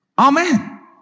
Amen